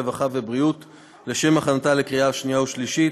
הרווחה והבריאות לשם הכנתה לקריאה שנייה ושלישית.